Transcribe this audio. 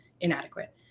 inadequate